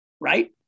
Right